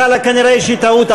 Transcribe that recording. חלה כנראה איזושהי טעות.